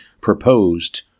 proposed